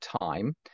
time